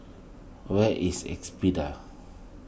where is Espada